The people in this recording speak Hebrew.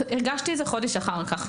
הגשתי את זה חודש אחר כך.